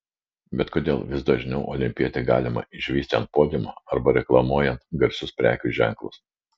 bet kodėl vis dažniau olimpietį galima išvysti ant podiumo arba reklamuojant garsius prekių ženklus